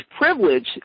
privilege